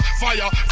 fire